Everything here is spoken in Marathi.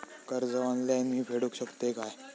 कर्ज ऑनलाइन मी फेडूक शकतय काय?